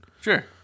Sure